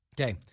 Okay